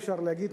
אפשר להגיד,